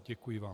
Děkuji vám.